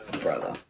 brother